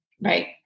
Right